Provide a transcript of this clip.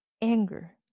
anger